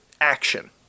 action